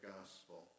gospel